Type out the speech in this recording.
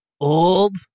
old